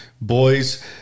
Boys